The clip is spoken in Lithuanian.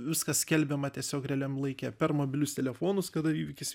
viskas skelbiama tiesiog realiam laike per mobilius telefonus kada įvykis